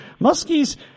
Muskies